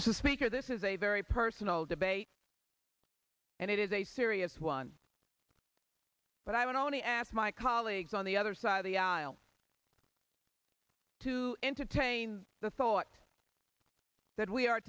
is speaker this is a very personal debate and it is a serious one but i would only ask my car colleagues on the other side of the aisle to entertain the thought that we are